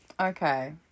Okay